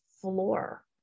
floor